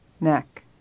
neck